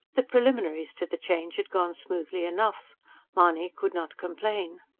the preliminaries to the change had gone smoothly enough mahony could not complain.